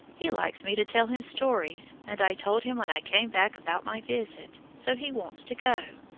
he likes me to tell him stories, and i told him when i came back about my visit, so he wants to go.